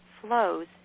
flows